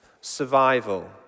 survival